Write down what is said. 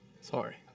Sorry